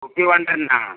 കുപ്പി കൊണ്ട് വരണോ